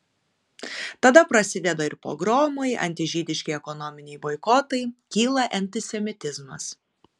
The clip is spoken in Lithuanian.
tada prasideda ir pogromai antižydiški ekonominiai boikotai kyla antisemitizmas